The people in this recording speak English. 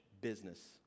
business